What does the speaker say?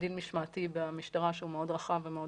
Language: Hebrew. דין משמעתי במשטרה שהוא מאוד רחב ומאוד